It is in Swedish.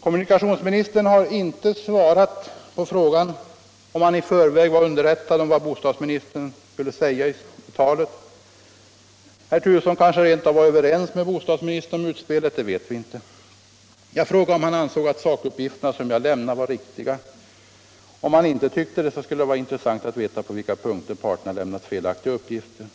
Kommunikationsministern har inte svarat på frågan om han i förväg var underrättad om vad bostadsministern skulle säga i talet. Herr Turesson kanske rent av var överens med bostadsministern om utspelet - det vet vi inte. Jag frågade om kommunikationsministern ansåg att sakuppgifterna som jag lämnade var riktiga. Om han inte tyckte det, skulle det vara intressant att veta på vilka punkter parterna lämnat felaktiga uppgifter.